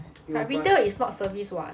like retail is not service [what]